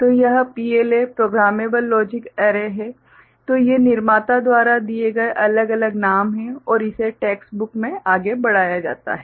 तो यह PLA programmable logic array है तो ये निर्माता द्वारा दिए गए अलग अलग नाम हैं और इसे टेक्स्ट बुक्स में आगे बढ़ाया जाता है